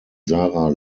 sarah